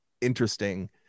interesting